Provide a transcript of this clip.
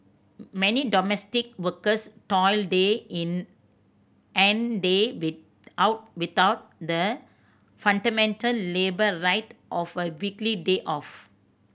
many domestic workers toil day in and day with out without the fundamental labour right of a weekly day off